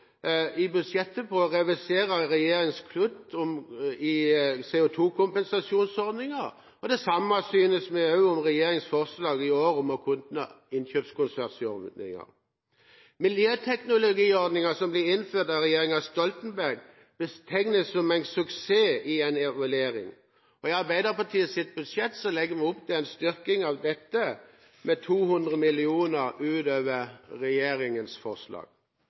i budsjettet i fjor klare på å reversere regjeringens kutt i CO2-kompensasjonsordningen. Det samme gjelder regjeringens forslag i år om å legge ned ordningen med tilskudd til innkjøpskonsortium for kjøp av kraft. Miljøteknologiordningen, som ble innført av regjeringen Stoltenberg, betegnes i en evaluering som en suksess. I Arbeiderpartiets budsjett legger vi opp til en styrking av dette, med 200 mill. kr utover regjeringens forslag.